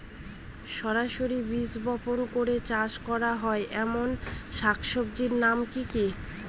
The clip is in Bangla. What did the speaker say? সরাসরি বীজ বপন করে চাষ করা হয় এমন শাকসবজির নাম কি কী?